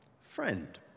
friend